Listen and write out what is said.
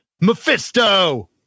mephisto